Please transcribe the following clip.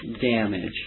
damage